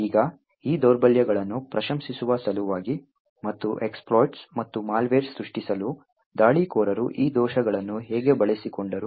ಈಗ ಈ ದೌರ್ಬಲ್ಯಗಳನ್ನು ಪ್ರಶಂಸಿಸುವ ಸಲುವಾಗಿ ಮತ್ತು ಎಸ್ಪಿಲೋಈಟ್ಸ್ ಮತ್ತು ಮಾಲ್ವೇರ್ ಸೃಷ್ಟಿಸಲು ದಾಳಿಕೋರರು ಈ ದೋಷಗಳನ್ನು ಹೇಗೆ ಬಳಸಿಕೊಂಡರು